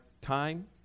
time